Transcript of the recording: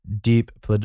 deep